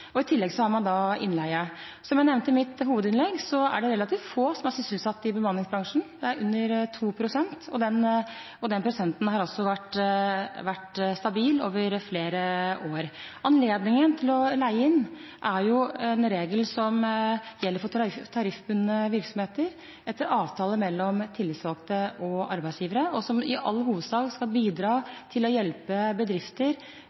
og i tillegg har man innleie. Som jeg nevnte i mitt hovedinnlegg, er det relativt få som er sysselsatt i bemanningsbransjen. Det er under 2 pst., og den prosenten har vært stabil over flere år. Anledningen til å leie inn er en regel som gjelder for tariffbundne virksomheter etter avtale mellom tillitsvalgte og arbeidsgivere, og som i all hovedsak skal bidra til å hjelpe bedrifter